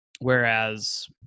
whereas